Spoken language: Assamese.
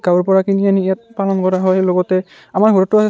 গাঁৱৰ পৰা কিনি আনি ইয়াত পালন কৰা হয় লগতে আমাৰ ঘৰতো আছে